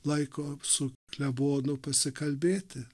laiko su klebonu pasikalbėti